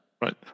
Right